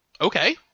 Okay